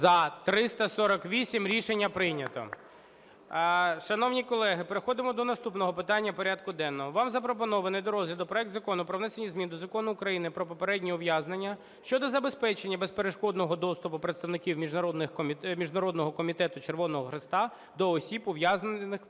За-348 Рішення прийнято. Шановні колеги, переходимо до наступного питання порядку денного. Вам запропонований до розгляду проект Закону про внесення змін до Закону України "Про попереднє ув'язнення" щодо забезпечення безперешкодного доступу представників Міжнародного Комітету Червоного Хреста до осіб, ув'язнених...